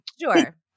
Sure